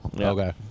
Okay